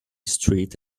street